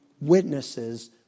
witnesses